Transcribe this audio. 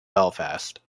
belfast